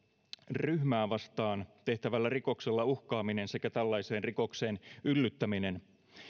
ryhmää vastaan tehtävällä rikoksella uhkaaminen sekä tällaiseen rikokseen yllyttäminen